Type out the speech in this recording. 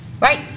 right